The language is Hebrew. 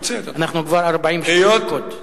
אנחנו כבר 40 דקות.